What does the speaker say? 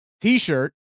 T-shirt